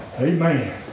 amen